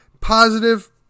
positive